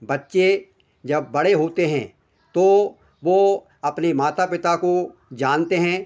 बच्चे जब बड़े होते हैं तो वह अपने माता पिता को जानते हैं